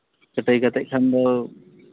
ᱠᱟᱹᱴᱟᱹᱭ ᱠᱟᱛᱮ ᱠᱷᱟᱱ ᱫᱚ